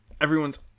Everyone's